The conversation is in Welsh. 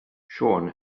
siôn